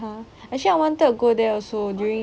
actually I wanted to go there also